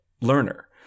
learner